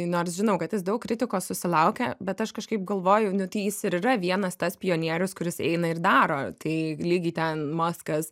nors žinau kad jis daug kritikos susilaukia bet aš kažkaip galvoju nu tai jis ir yra vienas tas pionierius kuris eina ir daro tai lygiai ten maskas